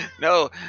No